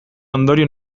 ondorio